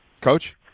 Coach